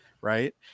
right